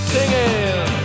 Singing